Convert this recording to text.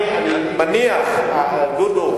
דודו,